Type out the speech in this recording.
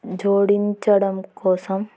జోడించడం కోసం